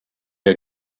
are